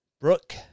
Brooke